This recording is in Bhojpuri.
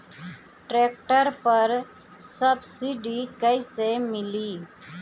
ट्रैक्टर पर सब्सिडी कैसे मिली?